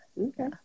Okay